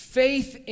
faith